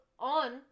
on